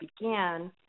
began